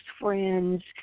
friends